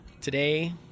today